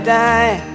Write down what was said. die